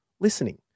listening